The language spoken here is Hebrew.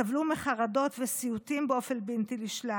סבלו מחרדות ומסיוטים באופן בלתי נשלט,